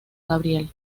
gabriel